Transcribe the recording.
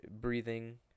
breathing